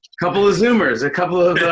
couple of zoomers. a couple of